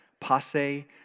passe